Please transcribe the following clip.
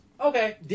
okay